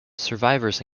survivors